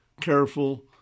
careful